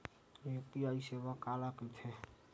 UPI सेवा काला कइथे?